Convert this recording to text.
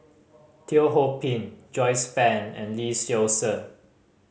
Teo Ho Pin Joyce Fan and Lee Seow Ser